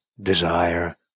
desire